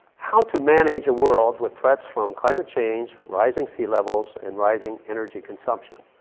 how to manage a world with threats from climate change, rising sea-levels and rising energy consumption.